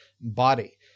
body